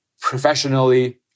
professionally